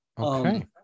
Okay